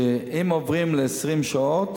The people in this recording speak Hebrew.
שאם עוברים ל-20 שעות